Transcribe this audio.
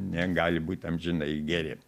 negali būt amžinai geri